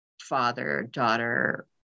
father-daughter